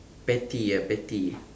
petty ya petty